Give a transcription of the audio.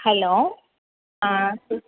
hello